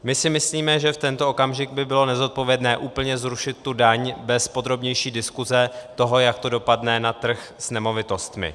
My si myslíme, že v tento okamžik by bylo nezodpovědné úplně zrušit tu daň bez podrobnější diskuse toho, jak to dopadne na trh s nemovitostmi.